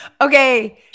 Okay